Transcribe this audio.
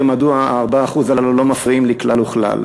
מדוע ה-4% הללו לא מפריעים לי כלל וכלל.